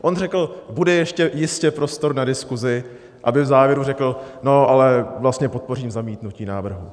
On řekl: Bude ještě jistě prostor na diskuzi, aby v závěru řekl: No, ale vlastně podpořím zamítnutí návrhu.